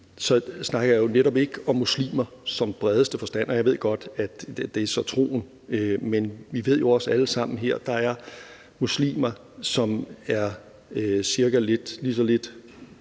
snakker jeg jo netop ikke om muslimer i bredeste forstand; jeg ved så godt, at det handler om troen, men vi ved jo også alle sammen her, at der er de muslimer, som er cirka lige så lidt